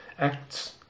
Acts